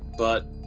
but,